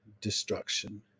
destruction